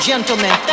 gentlemen